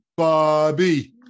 Bobby